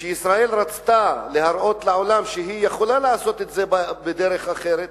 כשישראל רצתה להראות לעולם שהיא יכולה לעשות את זה בדרך אחרת,